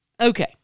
Okay